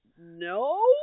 no